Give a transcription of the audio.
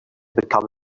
become